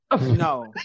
no